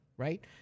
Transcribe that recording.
right